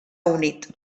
unit